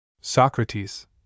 Socrates